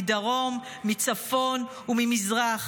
מדרום, מצפון וממזרח.